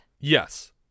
Yes